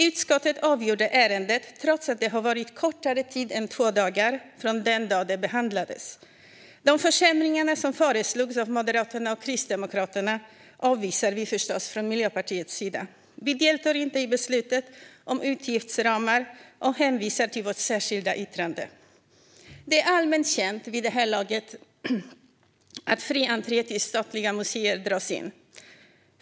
Utskottet avgjorde ärendet trots att det gått kortare tid än två dagar från den dag det behandlades. De försämringar som föreslogs av Moderaterna och Kristdemokraterna avvisar vi förstås från Miljöpartiets sida. Vi deltar inte i beslutet om utgiftsramar utan hänvisar till vårt särskilda yttrande. Det är vid det här laget allmänt känt att den fria entrén till statliga museer dras in.